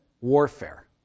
warfare